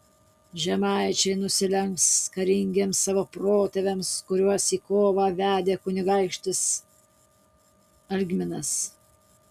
žemaičiai nusilenks karingiems savo protėviams kuriuos į kovą vedė kunigaikštis algminas